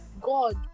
God